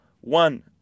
one